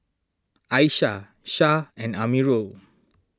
Aishah Syah and Amirul